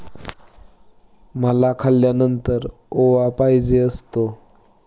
मला खाल्यानंतर ओवा पाहिजे असतो